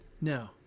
no